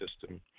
system